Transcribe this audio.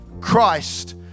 Christ